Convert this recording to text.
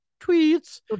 tweets